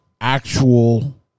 actual